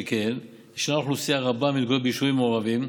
שכן ישנה אוכלוסייה רבה המתגוררת ביישובים מעורבים.